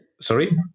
sorry